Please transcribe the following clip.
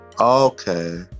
Okay